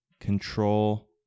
control